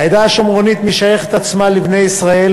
העדה השומרונית משייכת את עצמה לבני ישראל,